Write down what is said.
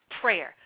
Prayer